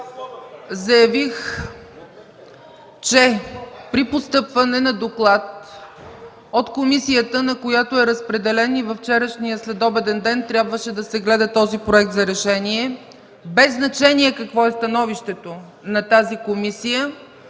заявих, че при постъпване на доклад от комисията, на която е разпределен – във вчерашния следобеден ден трябваше да се гледа този проект за решение, без значение какво е становището на тази комисия,